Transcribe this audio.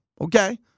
Okay